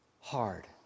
hard